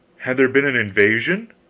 had there been an invasion?